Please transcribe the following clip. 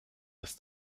das